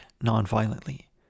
non-violently